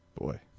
Boy